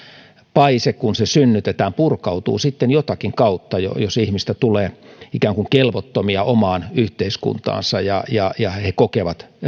paise kun se synnytetään purkautuu sitten jotakin kautta jos ihmisistä tulee ikään kuin kelvottomia omaan yhteiskuntaansa ja ja he kokevat